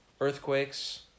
earthquakes